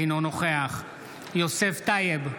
אינו נוכח יוסף טייב,